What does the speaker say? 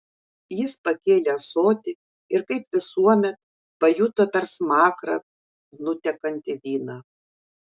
jis pakėlė ąsotį ir kaip visuomet pajuto per smakrą nutekantį vyną